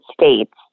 States